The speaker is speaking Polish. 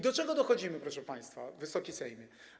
Do czego dochodzimy, proszę państwa, Wysoki Sejmie?